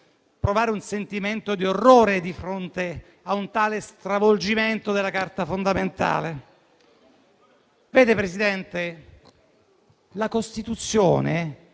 provare un sentimento di orrore di fronte a un tale stravolgimento della Carta fondamentale. La Costituzione